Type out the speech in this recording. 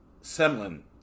Semlin